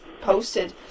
posted